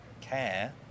care